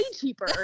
cheaper